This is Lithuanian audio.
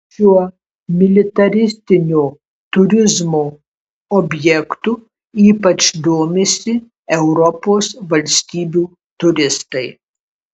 šiuo militaristinio turizmo objektu ypač domisi europos valstybių turistai